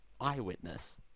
Eyewitness